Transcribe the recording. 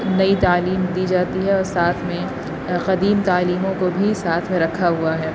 نئی تعلیم دی جاتی ہے اور ساتھ میں قدیم تعلیموں کو بھی ساتھ میں رکھا ہوا ہے